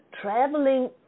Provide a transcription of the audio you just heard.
traveling